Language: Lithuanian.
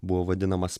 buvo vadinamas